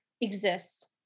exist